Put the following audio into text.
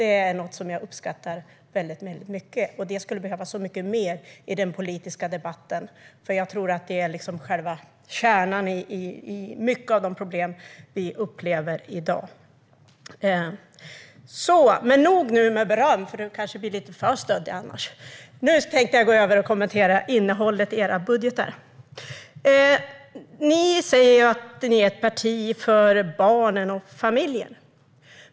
Det är något som jag uppskattar mycket. Det skulle behövas mycket mer av det i den politiska debatten, för jag tror att det är själva kärnan i mycket av de problem vi upplever i dag. Men nog med beröm - du kanske blir alltför stöddig annars! Nu tänkte jag i stället gå över till att kommentera innehållet i era budgetar. Kristdemokraterna säger att ni är ett parti för barnen och familjen.